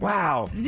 Wow